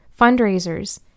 fundraisers